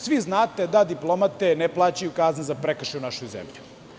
Svi znate da diplomate ne plaćaju kazne za prekršaje u našoj zemlji.